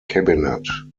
cabinet